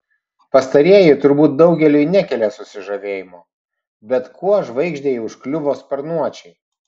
pastarieji turbūt daugeliui nekelia susižavėjimo bet kuo žvaigždei užkliuvo sparnuočiai